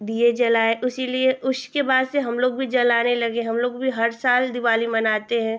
दीये जलाए उसी लिए उसके बाद से हमलोग भी जलाने लगे हमलोग भी हर साल दिवाली मनाते हैं